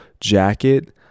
jacket